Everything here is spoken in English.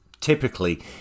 typically